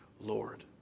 Lord